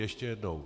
Ještě jednou.